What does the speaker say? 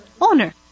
owner